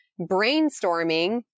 Brainstorming